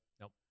Nope